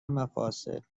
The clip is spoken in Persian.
مفاصل